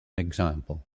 example